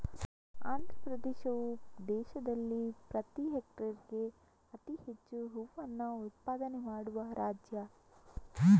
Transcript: ಆಂಧ್ರಪ್ರದೇಶವು ದೇಶದಲ್ಲಿ ಪ್ರತಿ ಹೆಕ್ಟೇರ್ಗೆ ಅತಿ ಹೆಚ್ಚು ಹೂವನ್ನ ಉತ್ಪಾದನೆ ಮಾಡುವ ರಾಜ್ಯ